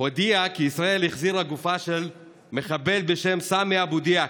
הודיע כי ישראל החזירה גופה של מחבל בשם סאמי אבו דיאק,